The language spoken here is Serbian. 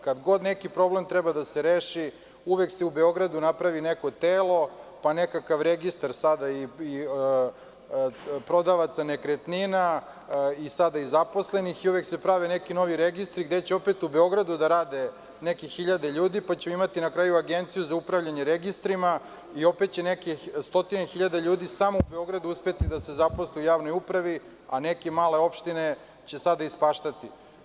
Kada god neki problem treba da se reši, uvek se u Beogradu napravi neko telo, pa nekakav registar sada i prodavaca nekretnina, sada i zaposlenih i uvek se prave neki novi registri gde će opet u Beogradu da rade nekih 1.000 ljudi, pa ćemo imati na kraju i agenciju za upravljanje registrima i opet će nekih stotine hiljada ljudi samo u Beogradu uspeti da se zaposle u javnoj upravi, a neke male opštine će sada ispaštati.